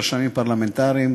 רשמים פרלמנטריים,